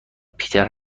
پیتر